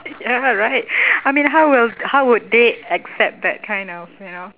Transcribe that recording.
ya right I mean how will how would they accept that kind of you know